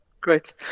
Great